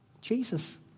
Jesus